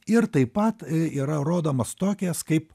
ir taip pat yra rodomas tokijas kaip